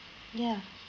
ya